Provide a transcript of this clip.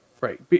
right